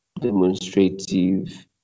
demonstrative